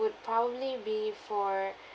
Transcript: would probably be for